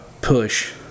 push